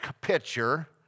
picture